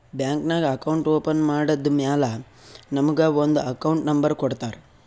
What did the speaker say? bank ನಾಗ್ account open ಮಾಡದ್ದ್ ಮ್ಯಾಲ ನಮುಗ ಒಂದ್ ಅಕೌಂಟ್ ನಂಬರ್ ಕೊಡ್ತಾರ್